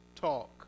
talk